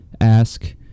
ask